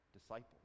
disciples